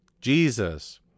Jesus